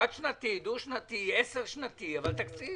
חד-שנתי, דו-שנתי, עשר-שנתי אבל תקציב.